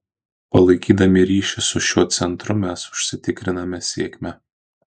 palaikydami ryšį su šiuo centru mes užsitikriname sėkmę